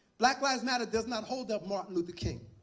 black lives matter does not hold up martin luther king.